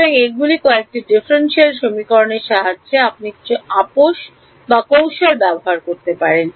সুতরাং এগুলি কয়েকটি ডিফারেন্সিয়াল সমীকরণের সাহায্যে আপনি কিছু আপস বা কৌশল ব্যবহার করতে পারেন